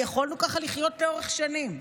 יכולנו ככה לחיות לאורך שנים.